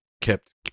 kept